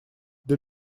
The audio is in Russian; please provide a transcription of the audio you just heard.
для